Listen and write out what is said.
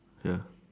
ya